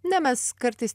ne mes kartais